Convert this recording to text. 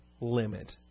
limit